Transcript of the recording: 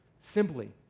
simply